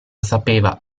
sapeva